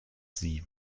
sie